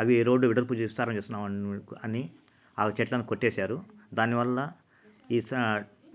అవి రోడ్డు వెడల్పు విస్తారం చేసున్నాం అని ఆ చెట్లను కొట్టేశారు దానివల్ల